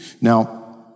Now